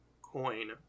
coin